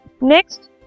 Next